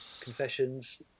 Confessions